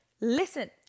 Listen